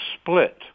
split